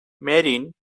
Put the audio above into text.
marine